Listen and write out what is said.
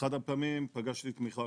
באחת הפעמים פגשתי את מיכל